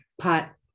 pot